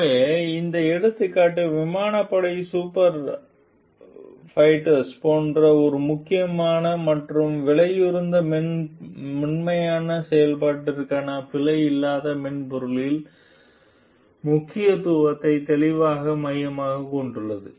எனவே இந்த எடுத்துக்காட்டு விமானப்படை சூப்பர் ஃபைட்டர்ஸ் போன்ற ஒரு முக்கியமான மற்றும் விலையுயர்ந்த மென்மையான செயல்பாட்டிற்கான பிழை இல்லாத மென்பொருளின் முக்கியத்துவத்தை தெளிவாக மையமாகக் கொண்டுள்ளது